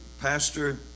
pastor